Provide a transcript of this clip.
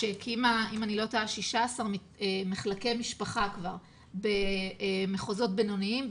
שהקימה 16 מחלקי משפחה כבר במחוזות בינוניים,